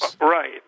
Right